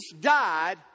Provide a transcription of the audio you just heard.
died